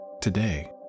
Today